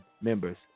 members